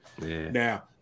now